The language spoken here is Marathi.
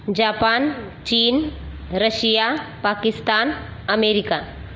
जापान चीन रशिया पाकिस्तान अमेरिका